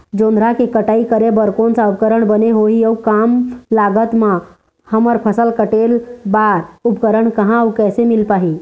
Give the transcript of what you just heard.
जोंधरा के कटाई करें बर कोन सा उपकरण बने होही अऊ कम लागत मा हमर फसल कटेल बार उपकरण कहा अउ कैसे मील पाही?